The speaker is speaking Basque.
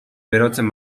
berotzen